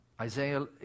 Isaiah